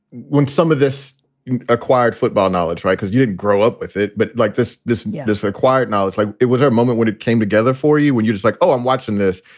when some of this acquired football knowledge? right. because you grow up with it but like this. this and yeah is required now. it's like it was our moment when it came together for you when you're just like, oh, i'm watching this.